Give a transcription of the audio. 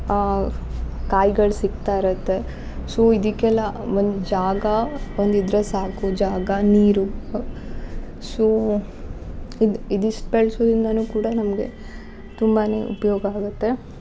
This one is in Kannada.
ಆ ಕಾಳ್ಗಳು ಸಿಗ್ತಾ ಇರತ್ತೆ ಸೋ ಇದಕ್ಕೆಲ್ಲ ಒಂದು ಜಾಗ ಒಂದು ಇದ್ದರೆ ಸಾಕು ಜಾಗ ನೀರು ಸೋ ಇದು ಇದಿಷ್ಟು ಬೆಳ್ಸೋದ್ರಿಂದನು ಕೂಡ ನಮಗೆ ತುಂಬಾನೇ ಉಪಯೋಗ ಆಗುತ್ತೆ